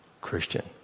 Christian